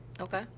Okay